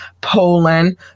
Poland